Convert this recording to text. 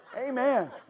Amen